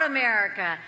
America